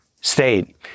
state